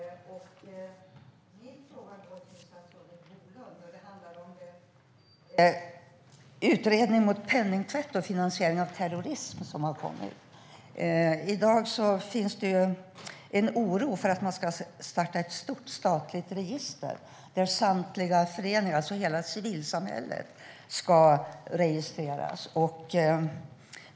Fru talman! Min fråga går till statsrådet Bolund. Den handlar om utredningen mot penningtvätt och finansiering av terrorism som har lagts fram. I dag finns en oro för att det ska startas ett stort statligt register där samtliga föreningar, hela civilsamhället, ska registreras.